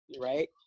Right